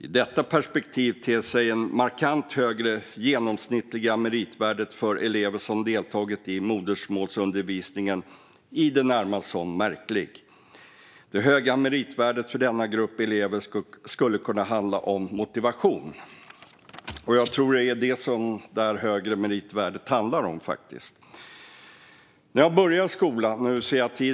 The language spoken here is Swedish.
I detta perspektiv ter sig det markant högre genomsnittliga meritvärdet för elever som deltagit i modersmålsundervisningen i det närmaste som märkligt. - Det höga meritvärdet för denna grupp elever skulle kunna handla om . motivation." Jag tror faktiskt att det är detta som det högre meritvärdet handlar om.